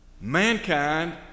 mankind